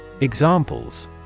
Examples